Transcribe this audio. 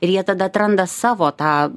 ir jie tada atranda savo tą